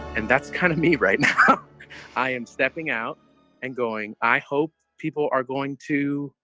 and that's kind of me, right? i am stepping out and going, i hope people are going to,